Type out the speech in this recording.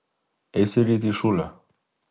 eisi ryt į šūlę